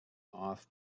off